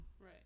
Right